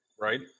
right